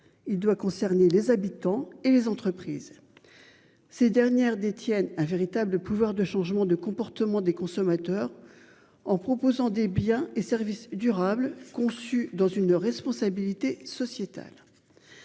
il doit concerner les habitants et les entreprises. Ces dernières détiennent un véritable pouvoir de changement de comportement des consommateurs en proposant des biens et services durables conçu dans une responsabilité sociétale.